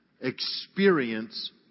experience